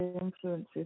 influences